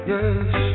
Yes